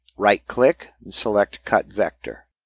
right-click, and select cut vector.